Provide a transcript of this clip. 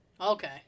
Okay